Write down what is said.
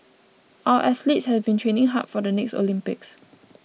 our athletes have been training hard for the next Olympics